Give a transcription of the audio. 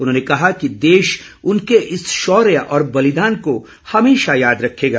उन्होंने कहा कि देश उनके इस शौर्य और बलिदान को हमेशा याद रखेगा